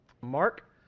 Mark